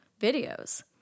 videos